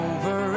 Over